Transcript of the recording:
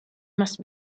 must